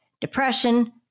depression